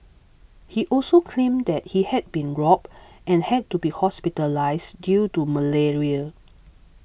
he also claimed that he had been robbed and had to be hospitalised due to malaria